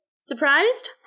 Surprised